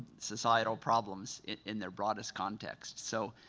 societal problems in their broadest context. so